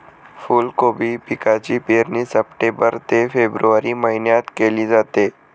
फुलकोबी पिकाची पेरणी सप्टेंबर ते फेब्रुवारी महिन्यात केली जाते